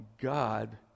God